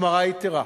החמרה יתירה,